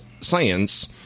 science